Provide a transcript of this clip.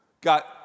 got